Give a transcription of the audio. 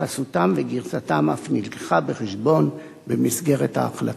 והתייחסותם וגרסתם אף נלקחו בחשבון במסגרת ההחלטה.